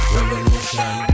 Revolution